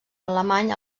alemany